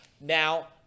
Now